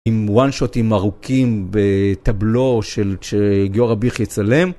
עם וואן שוטים ארוכים בטבלו שגיורא ביח יצלם.